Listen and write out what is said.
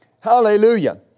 Hallelujah